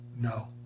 No